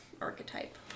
archetype